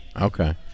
okay